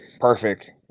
perfect